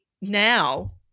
now